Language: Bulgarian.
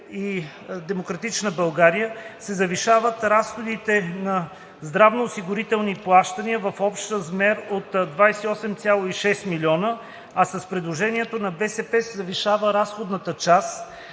и „Демократична България“ се завишават разходите за здравноосигурителни плащания в общ размер 28,6 млн. лв., а с предложението на „БСП за България“ се завишава разходната част